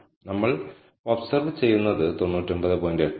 നമ്മൾ ഒബ്സർവ് ചെയ്യുന്നത് 99